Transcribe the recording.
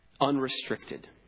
Unrestricted